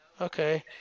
Okay